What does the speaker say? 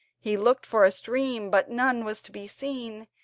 he looked for a stream but none was to be seen,